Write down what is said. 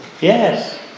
Yes